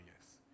yes